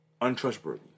untrustworthy